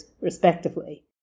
respectively